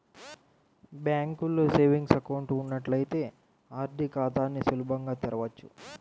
బ్యాంకులో savings account ఉన్నట్లయితే RD ఖాతాని సులభంగా తెరవచ్చు